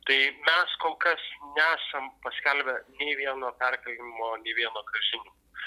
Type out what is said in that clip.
tai mes kol kas nesam paskelbę nei vieno perkėlimo nei vieno grąžinimo